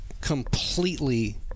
completely